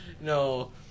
No